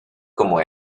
como